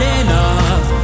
enough